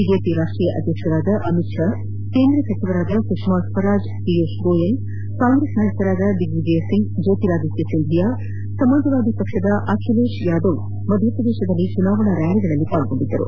BJP ರಾಷ್ಷೀಯ ಅಧ್ಯಕ್ಷ ಅಮಿತ್ ಶಾ ಕೇಂದ್ರ ಸಚಿವರಾದ ಸುಷ್ಕಾ ಸ್ವರಾಜ್ ಪಿಯೂಷ್ ಗೋಯಲ್ ಕಾಂಗ್ರೆಸ್ ನಾಯಕರಾದ ದಿಗ್ನಿಜಯ್ ಸಿಂಗ್ ಜ್ಲೋತಿರಾದಿತ್ಯ ಸಿಂಧಿಯಾ ಸಮಾಜವಾದಿ ಪಕ್ಷದ ಅಖಿಲೇಶ್ ಯಾದವ್ ಮಧ್ಯಪ್ರದೇಶದಲ್ಲಿ ಚುನಾವಣೆ ರ್್ಾಲಿಗಳಲ್ಲಿ ಪಾಲ್ಗೊಂಡಿದ್ದರು